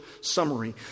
summary